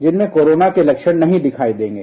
जिनमें कोरोना के लक्षण नहीं दिखाई देंगे